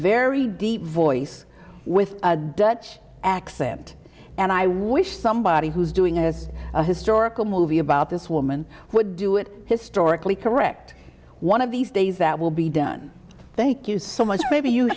very deep voice with a dutch accent and i wish somebody who's doing as a historical movie about this woman would do it historically correct one of these days that will be done thank you so much maybe you